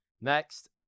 Next